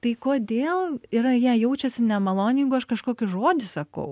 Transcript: tai kodėl yra jie jaučiasi nemaloniai jeigu aš kažkokį žodį sakau